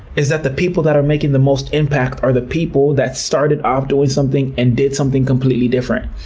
is that the people that are making the most impact are the people that started off doing something and did something completely different.